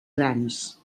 grans